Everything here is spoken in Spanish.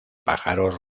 pájaros